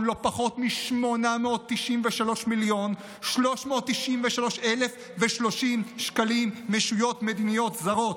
לא פחות מ-893 מיליון ו-393,030 שקלים מישויות מדיניות זרות,